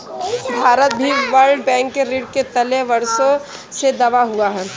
भारत भी world bank के ऋण के तले वर्षों से दबा हुआ है